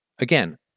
again